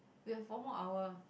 we have one more hour